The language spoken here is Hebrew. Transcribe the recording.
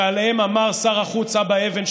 שעליהם אמר שר החוץ אבא אבן,